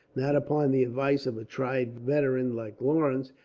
not upon the advice of a tried veteran like lawrence,